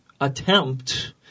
attempt